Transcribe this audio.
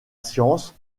science